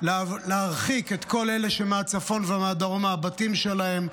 להרחיק את כל אלה שמהצפון ומהדרום מהבתים שלהם,